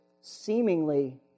seemingly